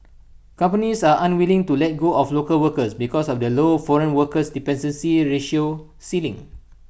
companies are unwilling to let go of local workers because of the low foreign workers dependency ratio ceiling